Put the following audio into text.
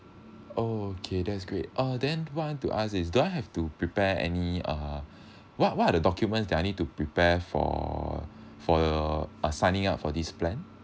okay that's great uh then what I want to ask is do I have to prepare any uh what what are the documents that I need to prepare for for uh signing up for this plan